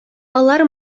алар